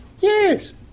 Yes